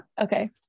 Okay